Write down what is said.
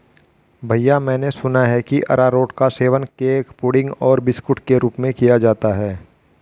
भैया मैंने सुना है कि अरारोट का सेवन केक पुडिंग और बिस्कुट के रूप में किया जाता है